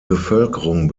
bevölkerung